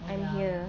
I'm here